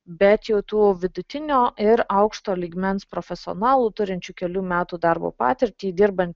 bet jau tų vidutinio ir aukšto lygmens profesionalų turinčių kelių metų darbo patirtį dirbant